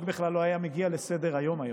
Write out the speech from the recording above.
החוק בכלל לא היה מגיע לסדר-היום היום.